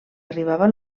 arribava